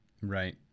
Right